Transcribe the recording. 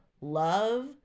love